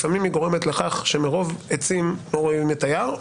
לפעמים היא גורמת לכך שמרוב עצים לא רואים את היער.